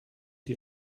die